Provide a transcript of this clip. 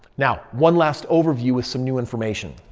now, one last overview with some new information.